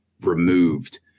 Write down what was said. removed